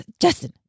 Justin